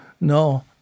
No